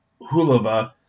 Hulava